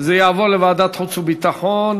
זה יעבור לוועדת חוץ וביטחון.